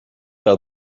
par